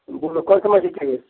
बोलो कौन सा मछली चाहिए